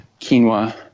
quinoa